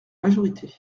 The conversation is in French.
majorité